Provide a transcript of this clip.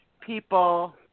people –